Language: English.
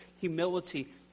humility